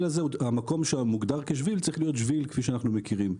המקום שמוגדר כשביל צריך להיות שביל כפי שאנחנו מכירים.